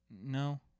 No